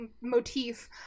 motif